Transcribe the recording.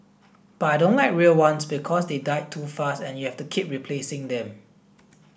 but I don't like real ones because they die too fast and you have to keep replacing them